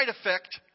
effect